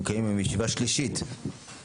אנחנו מקיימים היום ישיבה שלישית בנושא,